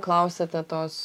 klausėte tos